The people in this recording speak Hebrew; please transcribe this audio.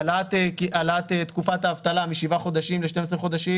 העלאת תקופת האבטלה משבעה חודשים ל-12 חודשים,